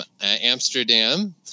Amsterdam